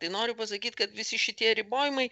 tai noriu pasakyt kad visi šitie ribojimai